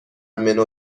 منو